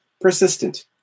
persistent